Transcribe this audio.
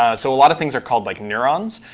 ah so a lot of things are called like neurons.